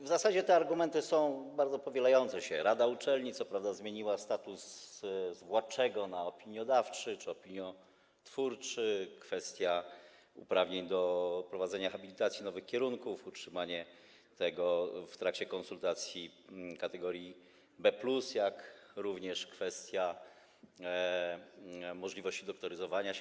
W zasadzie te argumenty bardzo się powielają: rada uczelni - co prawda zmieniła status z władczego na opiniodawczy czy opiniotwórczy, kwestia uprawnień do prowadzenia habilitacji, nowych kierunków, utrzymanie w trakcie konsultacji kategorii B+, jak również kwestia możliwości doktoryzowania się.